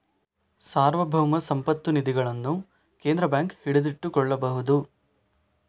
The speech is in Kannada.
ಸಾರ್ವಭೌಮ ಸಂಪತ್ತು ನಿಧಿಗಳನ್ನು ಕೇಂದ್ರ ಬ್ಯಾಂಕ್ ಹಿಡಿದಿಟ್ಟುಕೊಳ್ಳಬಹುದು